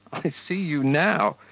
i see you now.